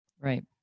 Right